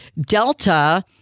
Delta